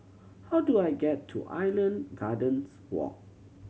how do I get to Island Gardens Walk